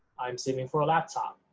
i'm saving for a laptop.